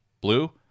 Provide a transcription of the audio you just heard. blue